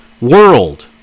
world